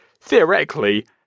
theoretically